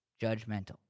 judgmental